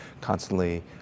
constantly